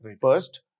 first